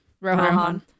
rohan